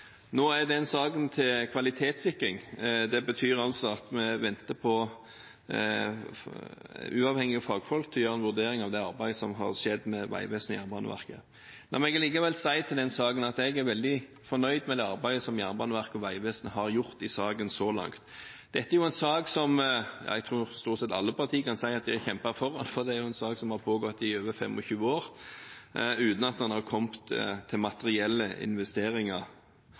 Nå er den saken til kvalitetssikring. Det betyr at vi venter på at uavhengige fagfolk skal gjøre en vurdering av det arbeidet som har skjedd med Vegvesenet og Jernbaneverket. La meg allikevel si til den saken at jeg er veldig fornøyd med det arbeidet som Jernbaneverket og Vegvesenet har gjort i saken så langt. Dette er en sak som jeg tror stort sett alle partier kan si at de har kjempet for, for det er jo en sak som har pågått i over 25 år, uten at en har kommet til materielle investeringer.